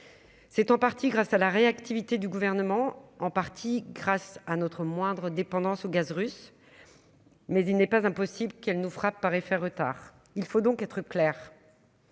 c'est en partie grâce à la réactivité du gouvernement, en partie grâce à notre moindre dépendance au gaz russe, mais il n'est pas impossible qu'elle nous frappe par effet retard, il faut donc être clair